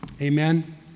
Amen